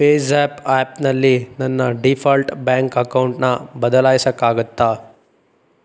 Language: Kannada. ಪೇ ಝ್ಯಾಪ್ ಆ್ಯಪ್ನಲ್ಲಿ ನನ್ನ ಡಿಫಾಲ್ಟ್ ಬ್ಯಾಂಕ್ ಅಕೌಂಟ್ನ ಬದಲಾಯಿಸೋಕ್ಕಾಗುತ್ತಾ